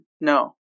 No